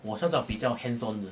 我是要找那种比较 hands on 的